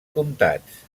comtats